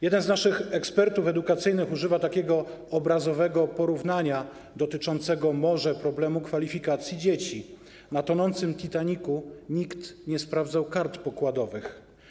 Jeden z naszych ekspertów edukacyjnych używa obrazowego porównania dotyczącego może problemu kwalifikacji dzieci - na tonącym Titanicu nikt nie sprawdzał kart pokładowych.